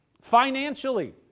Financially